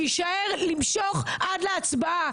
שיישאר למשוך עד להצבעה.